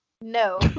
No